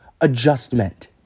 adjustment